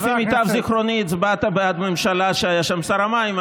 לפי מיטב זיכרוני הצבעת בעד הממשלה שהיה בה שר המים,